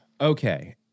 Okay